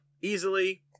easily